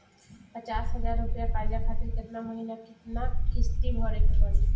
पचास हज़ार रुपया कर्जा खातिर केतना महीना केतना किश्ती भरे के पड़ी?